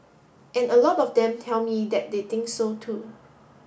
and a lot of them tell me that they think so too